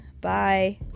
bye